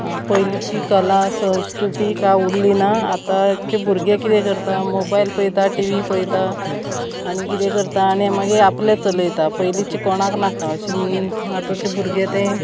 पयलींची कला संस्कृती का उरली ना आतांचे भुरगे किदें करता मोबायल पळयता टी व्ही पळयता आनी किदें करता आनी मागीर आपलें चलयता पयलींचे कोणाक नाका अशें म्हणून आतांचे भुरगे तें